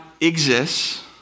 exists